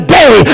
day